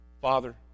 Father